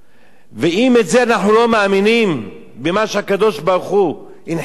ואם בזה אנחנו לא מאמינים במה שהקדוש-ברוך-הוא הנחיל לנו,